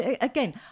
Again